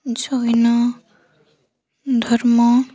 ଜୈନ ଧର୍ମ